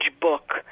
book